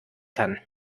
kann